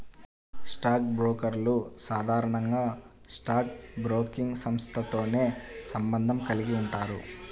stock బ్రోకర్లు సాధారణంగా stock broking సంస్థతో సంబంధం కలిగి ఉంటారు